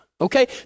okay